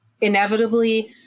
inevitably